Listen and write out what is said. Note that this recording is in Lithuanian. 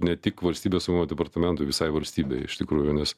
ne tik valstybės saugumo departamentui visai valstybei iš tikrųjų nes